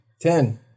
Ten